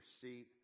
seat